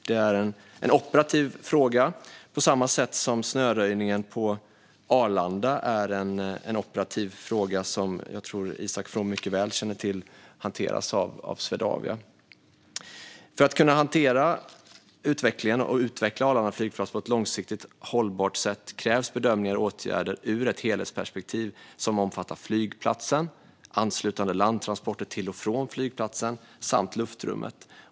Det är en operativ fråga - på samma sätt som snöröjningen på Arlanda är en operativ fråga som, vilket jag tror att Isak From mycket väl känner till, hanteras av Swedavia. För att kunna hantera utvecklingen och utveckla Arlanda flygplats på ett långsiktigt hållbart sätt krävs bedömningar och åtgärder ur ett helhetsperspektiv som omfattar flygplatsen, anslutande landtransporter till och från flygplatsen samt luftrummet.